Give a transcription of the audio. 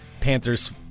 Panthers